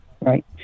Right